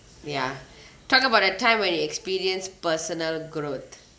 ya talk about the time when you experienced personal growth